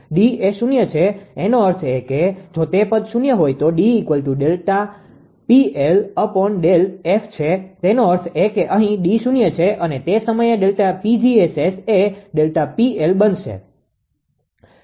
D એ શૂન્ય છે એનો અર્થ એ કેજો તે પદ શૂન્ય હોય તો D 𝜕𝑃𝐿𝜕𝑓 છે તેનો અર્થ એ કે અહીં D શૂન્ય છે અને તે સમયે ΔPg𝑆𝑆 એ ΔPL બનશે